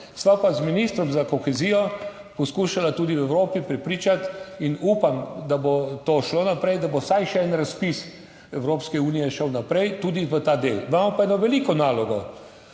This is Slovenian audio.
Sva pa z ministrom za kohezijo poskušala tudi v Evropi prepričati in upam, da bo to šlo naprej, da bo vsaj še en razpis Evropske unije šel naprej tudi v ta del. Imamo pa eno veliko nalogo.